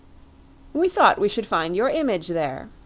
we thought we should find your image there,